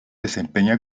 desempeña